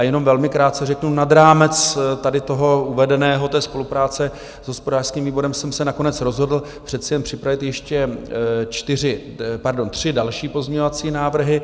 Jenom velmi krátce řeknu nad rámec tady uvedeného, té spolupráce s hospodářským výborem, že jsem se nakonec rozhodl přece jen připravit ještě tři další pozměňovací návrhy.